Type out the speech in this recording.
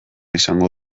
izango